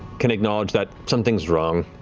can acknowledge that something's wrong.